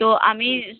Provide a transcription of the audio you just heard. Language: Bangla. তো আমি